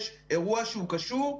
יש אירוע שהוא קשור,